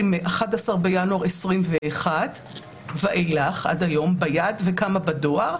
מ-11 בינואר 2021 ואילך עד היום וכמה בדואר?